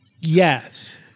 Yes